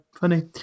funny